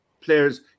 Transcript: players